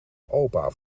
opa